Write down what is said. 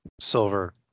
silver